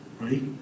right